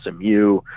smu